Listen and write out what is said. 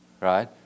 right